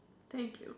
thank you